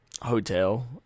hotel